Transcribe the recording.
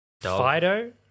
Fido